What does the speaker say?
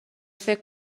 فکر